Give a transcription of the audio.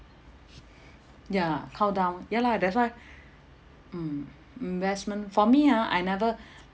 ya countdown ya lah that's why mm investment for me ha I never